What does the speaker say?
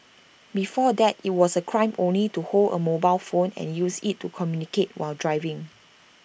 before that IT was A crime only to hold A mobile phone and use IT to communicate while driving